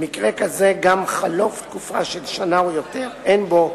במקרה כזה גם חלוף תקופה של שנה או יותר אין בו,